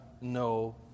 no